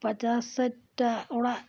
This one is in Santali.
ᱯᱚᱸᱪᱟᱥ ᱥᱟᱴᱼᱴᱤ ᱚᱲᱟᱜ